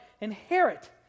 inherit